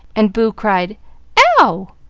and boo cried ow!